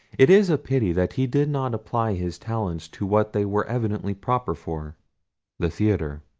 it is a pity that he did not apply his talents to what they were evidently proper for the theatre.